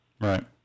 Right